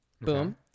Boom